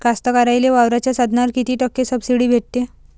कास्तकाराइले वावराच्या साधनावर कीती टक्के सब्सिडी भेटते?